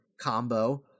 combo